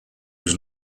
was